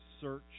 search